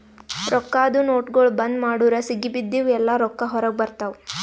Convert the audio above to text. ರೊಕ್ಕಾದು ನೋಟ್ಗೊಳ್ ಬಂದ್ ಮಾಡುರ್ ಸಿಗಿಬಿದ್ದಿವ್ ಎಲ್ಲಾ ರೊಕ್ಕಾ ಹೊರಗ ಬರ್ತಾವ್